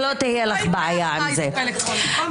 אה, אתה אמרת כנסת שלושים-ושבע.